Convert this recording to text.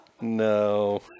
No